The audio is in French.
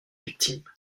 victime